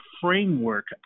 framework